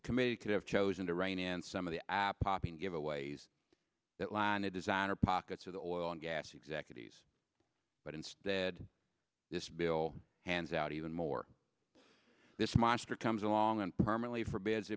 committee could have chosen to rein in some of the app popping giveaways that line a designer pockets of the oil and gas executives but instead this bill hands out even more this monster comes along and permanently for